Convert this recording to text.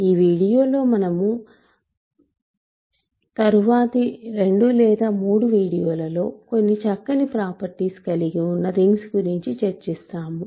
ఈ వీడియోలో మరియు తరువాతి 2 లేదా 3 వీడియోలలో కొన్ని చక్కని ప్రోపర్టీస్ కలిగి ఉన్న రింగ్స్ గురించి చర్చిస్తాము